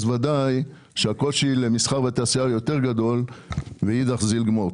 אז ודאי שהקושי למסחר ותעשייה הוא יותר גדול ואידך זיל גמור.